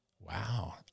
wow